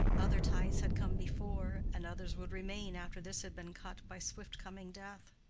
other ties had come before, and others would remain after this had been cut by swift-coming death.